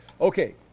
Okay